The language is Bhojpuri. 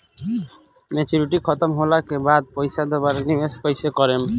मेचूरिटि खतम होला के बाद पईसा दोबारा निवेश कइसे करेम?